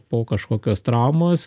po kažkokios traumos